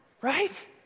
Right